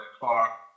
car